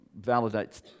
validates